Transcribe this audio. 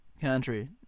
country